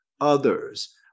others